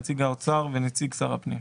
נציג האוצר ונציג שר הפנים.